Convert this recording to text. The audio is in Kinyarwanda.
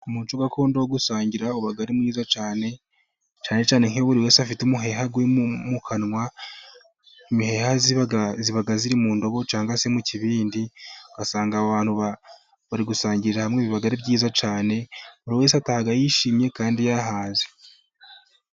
Umuco gakondo wo gusangira uba ari mwiza cyane, cyane cyane nka buri wese afite umuheha we mukanwa. Imiheha iba iri mu ndobo cyangwa se mu kibindi, ugasanga abantu bari gusangirira hamwe biba ari byiza cyane, buri wese agataha yishimye kandi yahaze.